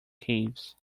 caves